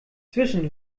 zwischen